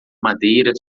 madeira